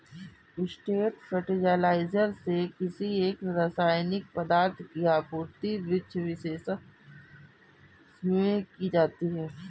straight fertiliser से किसी एक रसायनिक पदार्थ की आपूर्ति वृक्षविशेष में की जाती है